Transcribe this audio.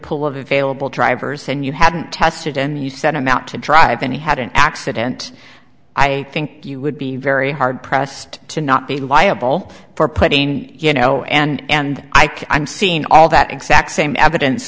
of available travers and you hadn't tested and you sent him out to drive and he had an accident i think you would be very hard pressed to not be liable for putting you know and and i could i'm seeing all that exact same evidence